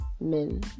men